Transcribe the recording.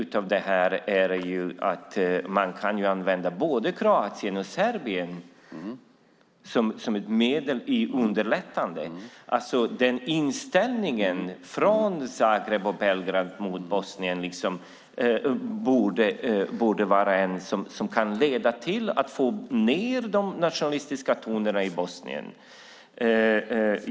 Ett sätt i underlättandet vore att använda sig av Kroatien och Serbien. Inställningen från Zagreb och Belgrad till Bosnien borde kunna leda till att få ned de nationalistiska tongångarna i Bosnien.